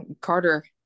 carter